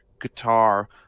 guitar